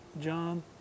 John